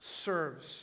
serves